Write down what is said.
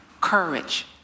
courage